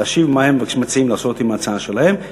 להשיב מה הם מציעים לעשות עם ההצעה שלהם.